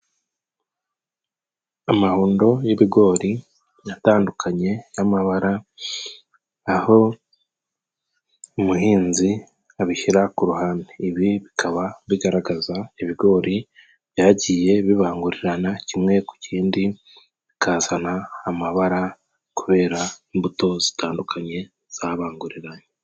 Amahundo y'ibigori yatandukanye y'amabara aho umuhinzi abishira ku ruhande ibi bikaba bigaragaza ibigori byagiye bibangurirana kimwe ku kindi bikazana amabara kubera imbuto zitandukanye zabanguriranye.